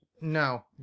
No